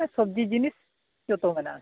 ᱦᱮᱸ ᱥᱚᱵᱽᱡᱤ ᱡᱤᱱᱤᱥ ᱡᱚᱛᱚ ᱢᱮᱱᱟᱜᱼᱟ